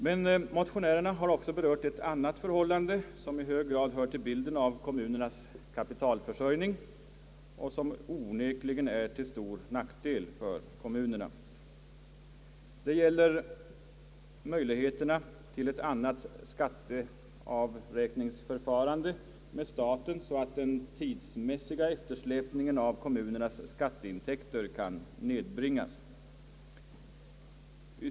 Men motionärerna har också berört ett annat förhållande, som i hög grad hör till bilden av kommunernas kapitalförsörjning och som onekligen är till stor nackdel för kommunerna, Det gäller möjligheterna att få ett annat skatteavräkningsförfarande med staten så att den tidsmässiga eftersläpningen av kommunernas skatteintäkter kan nedbringas.